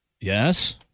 Yes